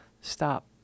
stop